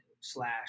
slash